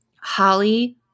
Holly –